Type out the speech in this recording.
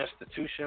institution